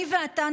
אני ואתה,